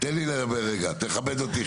רפי, תן לי לדבר רגע, תכבד אותי.